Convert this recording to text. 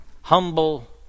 Humble